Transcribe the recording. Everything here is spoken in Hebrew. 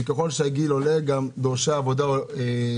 וככל שהגיל עולה גם דורשי העבודה החלק